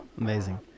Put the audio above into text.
amazing